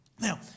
Now